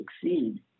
succeed